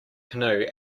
canoe